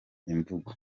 imvugo